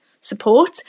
support